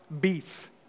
beef